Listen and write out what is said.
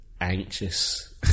anxious